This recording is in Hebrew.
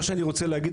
מה שאני רוצה לומר,